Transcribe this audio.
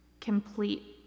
complete